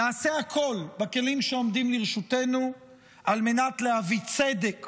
נעשה הכול בכלים שעומדים לרשותנו על מנת להביא צדק